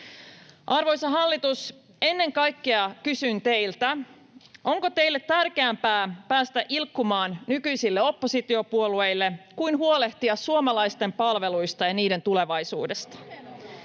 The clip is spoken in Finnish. Arvoisa hallitus, ennen kaikkea kysyn teiltä: onko teille tärkeämpää päästä ilkkumaan nykyisille oppositiopuolueille kuin huolehtia suomalaisten palveluista ja niiden tulevaisuudesta?